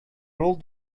rule